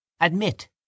Admit